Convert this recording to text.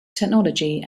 technology